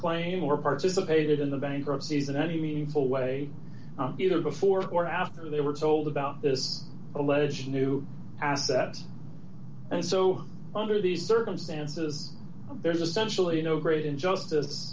claim or participated in the bankruptcies in any meaningful way either before or after they were told about this alleged new assets and so under these circumstances there's essentially no great injustice